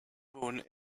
bone